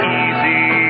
easy